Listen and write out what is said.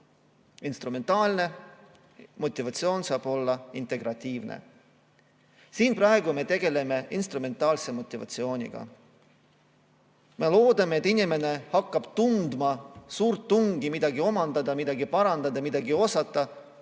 instrumentaalne, motivatsioon võib olla integratiivne. Siin me praegu tegeleme instrumentaalse motivatsiooniga. Me loodame, et inimene hakkab tundma suurt tungi midagi omandada, midagi parandada, midagi osata,